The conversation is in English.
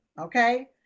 okay